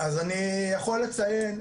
אז אני יכול לציין,